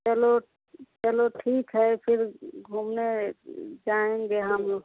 चलो चलो ठीक है फिर घूमने जाएँगे हम लोग